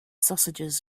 sausages